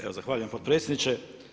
Evo zahvaljujem potpredsjedniče.